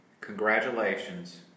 Congratulations